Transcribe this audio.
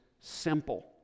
simple